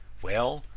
well,